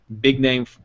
big-name